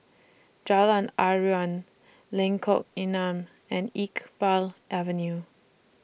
Jalan Aruan Lengkong Enam and Iqbal Avenue